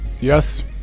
yes